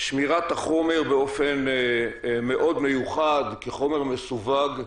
שמירת החומר באופן מאוד מיוחד כחומר מסווג,